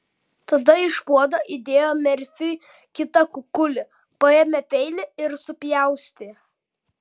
tada iš puodo įdėjo merfiui kitą kukulį paėmė peilį ir supjaustė